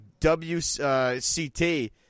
WCT –